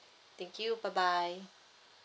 thank you bye bye